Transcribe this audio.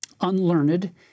unlearned